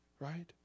Right